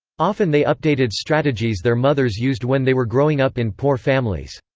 often they updated strategies their mothers used when they were growing up in poor families.